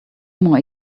more